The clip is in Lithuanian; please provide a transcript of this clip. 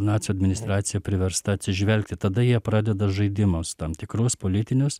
nacių administracija priversta atsižvelgti tada jie pradeda žaidimus tam tikrus politinius